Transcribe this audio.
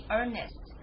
earnest